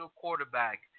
quarterback